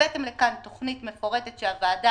הבאתם לכאן תוכנית מפורטת שהוועדה